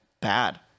bad